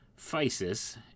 physis